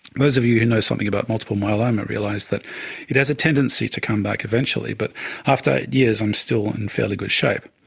those of you who know something about multiple myeloma realise that it has a tendency to come back eventually, but after eight years i'm still in fairly good shape.